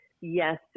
Yes